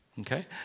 Okay